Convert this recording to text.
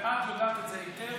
ואת יודעת את זה היטב,